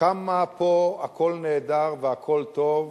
כמה פה הכול נהדר והכול טוב,